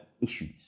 issues